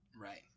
Right